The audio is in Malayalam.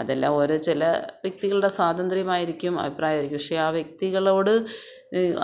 അതെല്ലാം ഓരോ ചില വ്യക്തികളുടെ സ്വാതന്ത്രമായിരിക്കും അഭിപ്രായം ആയിരിക്കും പക്ഷേ ആ വ്യക്തികളോട്